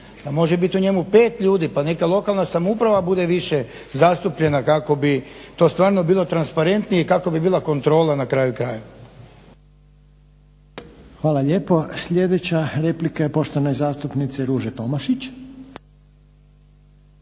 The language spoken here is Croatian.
može biti u njemu pet ljudi, pa neka lokalna samouprava bude više zastupljena kako bi to stvarno bilo transparentnije i kako bi bila kontrola na kraju krajeva.